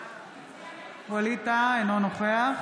אינו נוכח